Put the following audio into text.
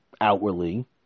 outwardly